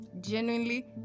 genuinely